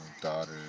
daughter